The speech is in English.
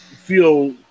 feel